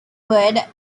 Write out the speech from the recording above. word